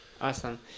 awesome